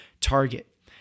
target